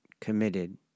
committed